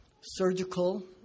surgical